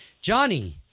Johnny